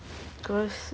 because